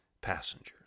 passengers